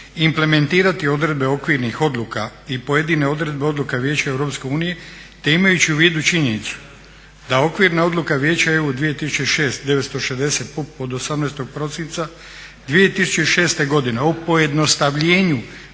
implementirati odredbe okvirnih odluka i pojedine odredbe odluka Vijeća EU te imajući u vidu činjenicu da okvirna odluka Vijeća EU 2006/960 od 18.prosinca